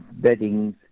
beddings